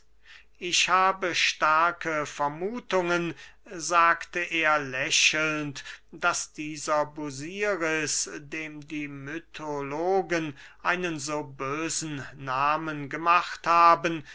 ich habe starke vermuthungen sagte er lächelnd daß dieser busiris dem die mythologen einen so bösen nahmen gemacht haben